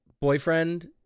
Boyfriend